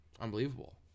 Unbelievable